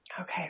Okay